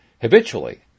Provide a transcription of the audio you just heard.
habitually